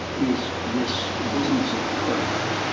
is this business of prayer.